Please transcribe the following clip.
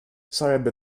sarebbe